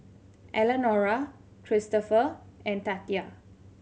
Elenora Kristopher and Tatia